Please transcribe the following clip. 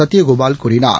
சத்யகோபால் கூறினார்